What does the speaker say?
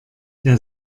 der